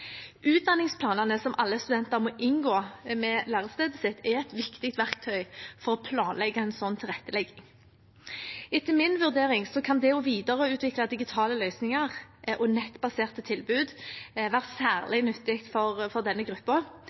Utdanningsplanene som alle studenter må inngå med lærestedet sitt, er et viktig verktøy for å planlegge slik tilrettelegging. Etter min vurdering kan det å videreutvikle digitale løsninger og nettbaserte tilbud også være særlig nyttig for denne